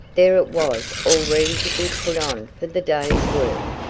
there it was all ready to be put on for the day's work.